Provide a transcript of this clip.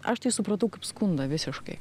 aš tai supratau kaip skundą visiškai